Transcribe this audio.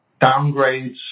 downgrades